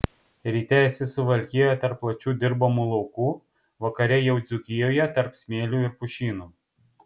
ryte esi suvalkijoje tarp plačių dirbamų laukų vakare jau dzūkijoje tarp smėlių ir pušynų